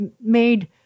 made